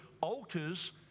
altars